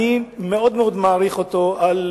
אני מאוד מאוד מעריך אותו על